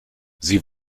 sie